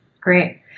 Great